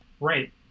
right